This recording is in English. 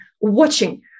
watching